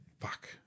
Fuck